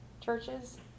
churches